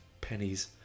pennies